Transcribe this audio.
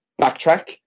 Backtrack